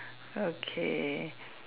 okay